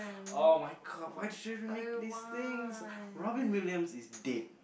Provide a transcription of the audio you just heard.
oh-my-god why did you even make this things Robin-Williams is dead